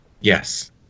Yes